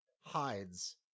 hides